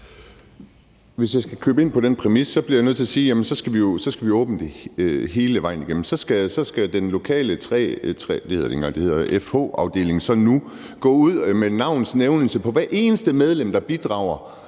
Hvis jeg skal købe ind på den præmis, bliver jeg nødt til at sige, at så skal vi jo åbne det hele vejen igennem – så skal den lokale FH-afdeling så nu gå ud med navns nævnelse på hvert eneste medlem, der bidrager